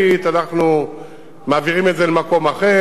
אנחנו מעבירים את זה למקום אחר,